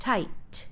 Tight